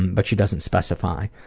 but she doesn't specify.